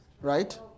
Right